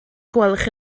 gwelwch